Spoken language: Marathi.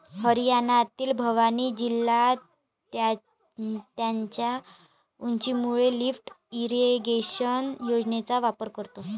हरियाणातील भिवानी जिल्हा त्याच्या उंचीमुळे लिफ्ट इरिगेशन योजनेचा वापर करतो